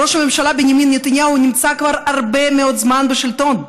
ראש הממשלה בנימין נתניהו נמצא כבר הרבה מאוד זמן בשלטון.